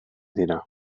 dira